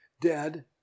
dead